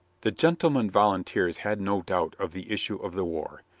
the gentlemen volunteers had no doubt of the issue of the war.